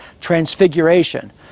Transfiguration